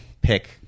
pick